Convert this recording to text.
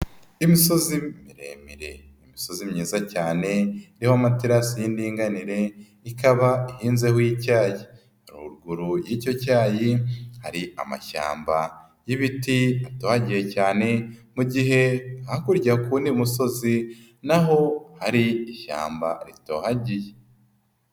Imisozi miremire imisozi myiza cyane iriho amaterasi y'indinganire, ikaba ihinzeho icyayiruguruicyo icyayi, haruguru y'icyo cyayi hari amashyamba y'ibiti atohagiye cyane, mu gihe hakurya ku w'undi musozi naho hari ishyamba ritohagiye.